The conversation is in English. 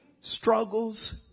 struggles